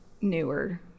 newer